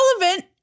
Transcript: relevant